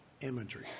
imagery